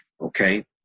okay